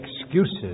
excuses